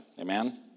Amen